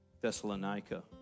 Thessalonica